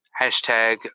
hashtag